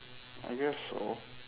I guess so